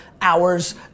hours